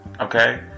okay